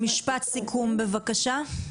12:40) משפט סיכום בבקשה.